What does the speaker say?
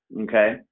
okay